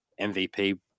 MVP